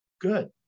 good